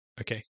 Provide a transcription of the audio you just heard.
okay